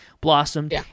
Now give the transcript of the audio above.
blossomed